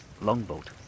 longboat